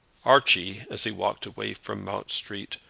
archie, as he walked away from mount street,